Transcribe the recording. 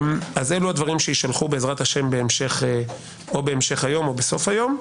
אלו הדברים שיישלחו בעזרת השם או בהמשך היום או בסוף היום,